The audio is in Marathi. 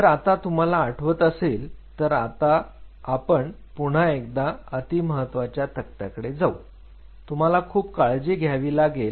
जर आता तुम्हाला आठवत असेल तर आपण आता पुन्हा एकदा अति महत्त्वाच्या तक्त्याकडे जाऊ तुम्हाला खूप काळजी घ्यावी लागेल